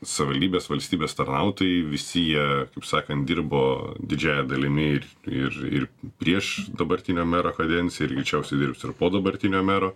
savivaldybės valstybės tarnautojai visi jie kaip sakant dirbo didžiąja dalimi ir ir prieš dabartinio mero kadenciją ir greičiausiai dirbs ir po dabartinio mero